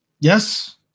Yes